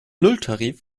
nulltarif